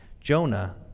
Jonah